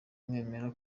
mwemera